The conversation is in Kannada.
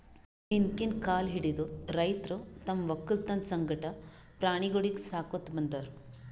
ಹಿಂದ್ಕಿನ್ ಕಾಲ್ ಹಿಡದು ರೈತರ್ ತಮ್ಮ್ ವಕ್ಕಲತನ್ ಸಂಗಟ ಪ್ರಾಣಿಗೊಳಿಗ್ ಸಾಕೋತ್ ಬಂದಾರ್